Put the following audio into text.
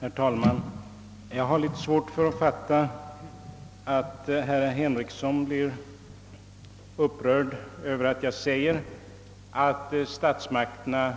Herr talman! Jag har litet svårt att fatta att herr Henrikson blev upprörd över att jag sade att statsmakterna